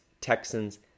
texans